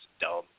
dumb